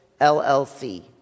LLC